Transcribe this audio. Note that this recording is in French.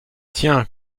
tiens